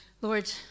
Lord